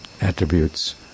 attributes